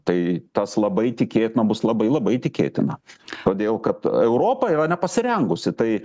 tai tas labai tikėtina bus labai labai tikėtina todėl kad europa yra nepasirengusi tai